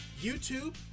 YouTube